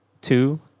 two